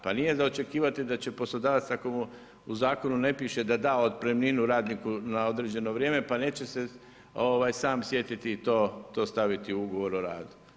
Pa nije za očekivati da će poslodavac, ako mu u zakonu ne piše da da otpremninu, radniku na određeno vrijeme, neće se sam sjetiti to staviti u ugovor o radu.